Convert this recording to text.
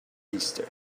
easter